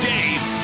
Dave